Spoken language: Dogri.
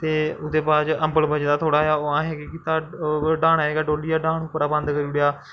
ते ओह्दे बाद च अम्बल बचे दा हा थोह्ड़ा जेहा असें केह् कीता डहानै च गै डोह्लिया डहान उप्परा दा बंद करी ओड़ेआ